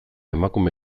emakume